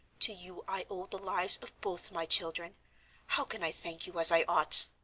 to you i owe the lives of both my children how can i thank you as i ought?